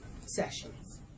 Sessions